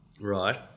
Right